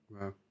Wow